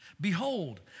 Behold